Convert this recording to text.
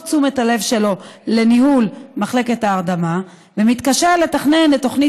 תשומת הלב שלו לניהול מחלקת ההרדמה ומתקשה לתכנן את תוכנית